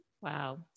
wow